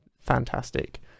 fantastic